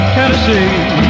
Tennessee